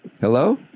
Hello